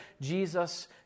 Jesus